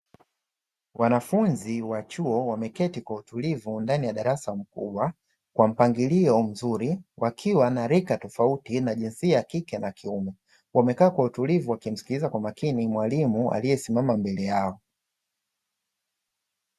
Wanafunzi wa chuo wameketi kwa utulivu ndani ya darasa mkubwa kwa mpangilio mzuri, wakiwa na rika tofauti na jinsia ya kike na kiume wamekaa kwa utulivu wakimsikiliza kwa makini mwalimu aliyesimama mbele yao.